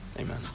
Amen